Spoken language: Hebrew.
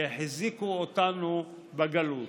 שהחזיקו אותנו בגלות.